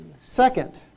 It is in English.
second